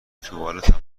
توالتم